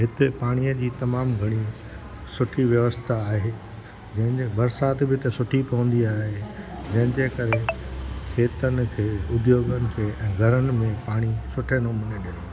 हिते पाणीअ जी तमामु घणी सुठी व्यवस्था आहे जंहिंमें बरसाति बि त सुठी पवंदी आहे जंहिंजे करे खेतनि खे उद्योगनि खे घरनि में पाणी सुठे नमूने ॾिनो आहे